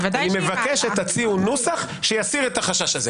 מבקש שתציעו נוסח שיסיר את החשש הזה.